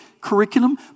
curriculum